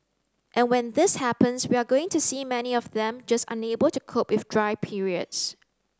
and when this happens we are going to see many of them just unable to cope with dry periods